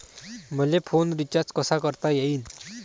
मले phone recharge कसा करता येईन?